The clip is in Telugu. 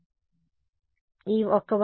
విద్యార్థి అవును అది నిలువుగా లేదు